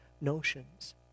notions